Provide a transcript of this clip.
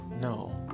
No